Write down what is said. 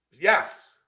Yes